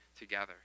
together